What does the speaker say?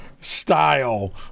style